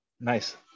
nice